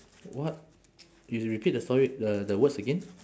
what you repeat the story the the words again